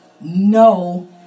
no